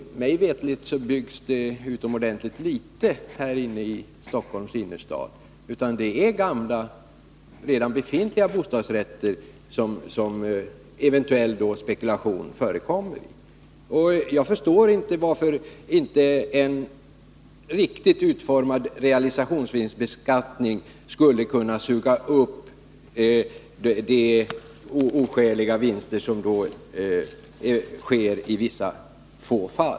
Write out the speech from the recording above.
Mig veterligt byggs det utomordentligt litet i Stockholms innerstad. Det äri de gamla, redan befintliga bostadsrätterna som eventuell spekulation förekommer. Jag förstår inte varför inte en riktigt utformad realisationsvinstbeskattning skulle kunna suga upp de oskäliga vinster som uppkommer i några få fall.